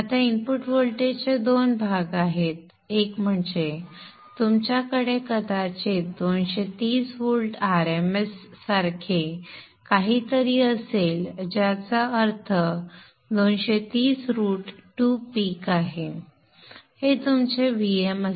आता इनपुट व्होल्टेजचे दोन भाग आहेत एक म्हणजे तुमच्याकडे कदाचित 230 व्होल्ट RMS सारखे काहीतरी असेल ज्याचा अर्थ 230 रूट 2 पीक आहे हे तुमचे V m असेल